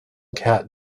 cat